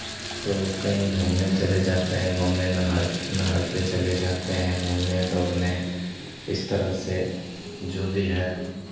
तो कहीं घूमने चले जाते हैं गाँव में नहर नहर पे चले जाते हैं घूमने दौड़ने इस तरह से जो भी है